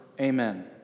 Amen